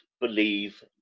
believe